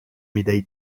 médaille